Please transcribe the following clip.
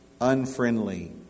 unfriendly